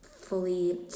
fully